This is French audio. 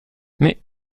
mais